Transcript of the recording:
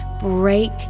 break